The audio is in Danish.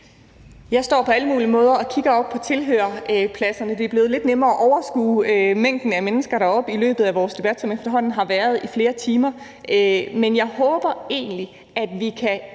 Jeg står på alle mulige måder og kigger op på tilhørerpladserne. Det er blevet lidt nemmere at overskue mængden af mennesker deroppe i løbet af vores debat, som efterhånden har varet i flere timer, men jeg håber egentlig, at vi kan